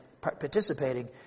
participating